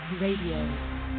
Radio